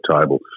table